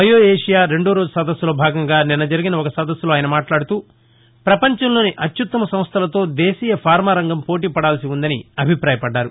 bio Asia రెండో రోజు సదస్సులో భాగంగా నిన్న జరిగిన ఒక సదస్సులో ఆయన మట్లాడుతూ ప్రపంచంలోని అత్యుత్తమ సంస్లలతో దేశీయ ఫార్నా రంగం పోటీ పడాల్సి వుందని అభిప్రాయ పడ్డారు